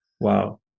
Wow